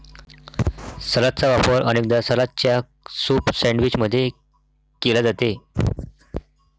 सलादचा वापर अनेकदा सलादच्या सूप सैंडविच मध्ये केला जाते